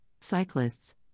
cyclists